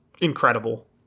incredible